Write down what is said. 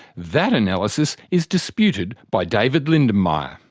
that analysis is disputed by david lindenmayer.